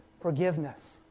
forgiveness